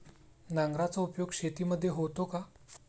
नांगराचा उपयोग शेतीमध्ये होतो का?